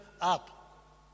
up